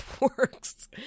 works